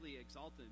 exalted